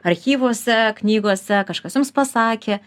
archyvuose knygose kažkas jums pasakė